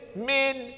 men